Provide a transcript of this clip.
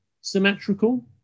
symmetrical